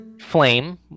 flame